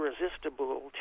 irresistible